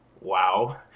Wow